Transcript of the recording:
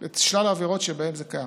את שלל העבירות שבהן זה קיים.